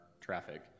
traffic